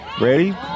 ready